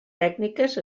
tècniques